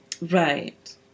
Right